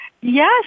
yes